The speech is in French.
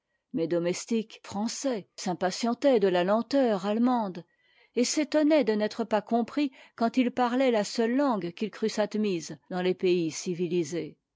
mes domestiques français s'impatientaient de la lenteur allemande et s'étonnaient de n'être pas compris quand ils parlaient la seule langue qu'ils crussent admise dans les pays civilisés